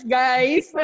guys